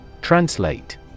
Translate